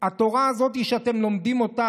התורה הזאת שאתם לומדים אותה,